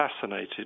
fascinated